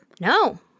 No